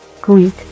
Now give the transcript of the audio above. Greek